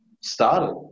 started